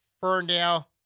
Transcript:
Ferndale